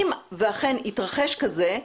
אם אכן יתרחש כזה,